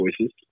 voices